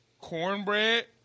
cornbread